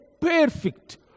perfect